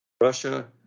Russia